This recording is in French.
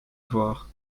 voir